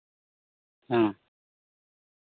ᱦᱮᱸ